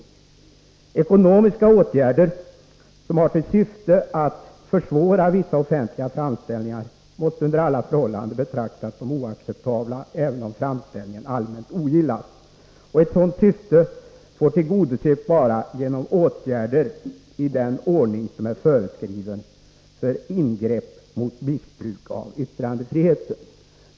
Ekonomiska åtgärder som har till syfte att försvåra vissa offentliga framställningar måste under alla förhållanden betraktas som oacceptabla, även om framställningen allmänt ogillas. Ett sådant syfte får tillgodoses bara genom åtgärder i den ordning som är föreskriven för ingrepp mot missbruk av yttrandefriheten.